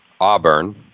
Auburn